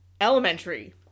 Elementary